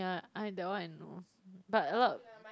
ya I that one I know but a lot